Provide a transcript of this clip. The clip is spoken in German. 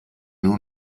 nur